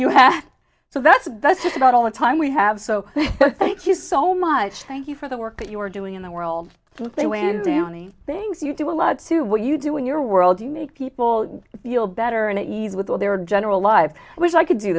you have so that's that's about all the time we have so thank you so much thank you for the work that you are doing in the world they way and downy things you do a lot to what you do in your world to make people feel better and at ease with all their general lives wish i could do